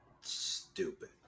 Stupid